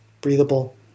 breathable